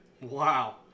wow